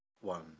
one